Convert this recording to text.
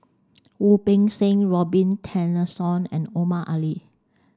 Wu Peng Seng Robin Tessensohn and Omar Ali